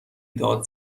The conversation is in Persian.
داد